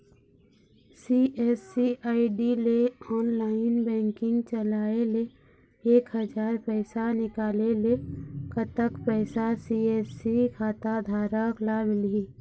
CSC ID ले online banking चलाए ले एक हजार पैसा निकाले ले कतक पैसा सी.एस.सी खाता धारक ला मिलही?